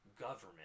government